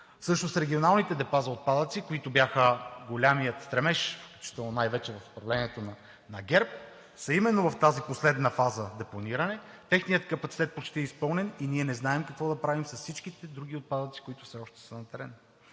Всъщност регионалните депа за отпадъци, които бяха големият стремеж, включително най-вече в управлението на ГЕРБ, са именно в тази последна фаза – депониране. Техният капацитет е почти изпълнен и ние не знаем какво да правим с всичките други отпадъци, които все още са на терен.